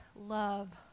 love